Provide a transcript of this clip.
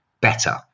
better